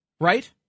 Right